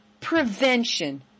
prevention